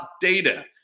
data